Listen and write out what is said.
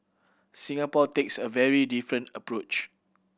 Singapore takes a very different approach